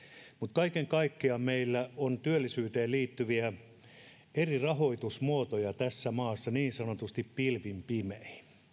kaiken kaikkiaan meillä on työllisyyteen liittyviä eri rahoitusmuotoja tässä maassa niin sanotusti pilvin pimein